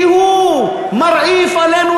כי הוא מרעיף עלינו,